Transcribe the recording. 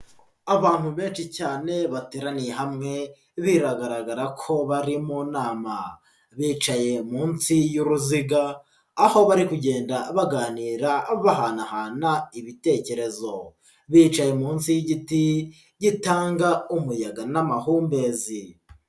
Abantu benshi cyane bateraniye hamwe biragaragara ko bari mu nama, bicaye munsi y'uruziga aho bari kugenda baganira bahanahana ibitekerezo, bicaye munsi y'igiti gitanga umuyaga n'amahumbezi.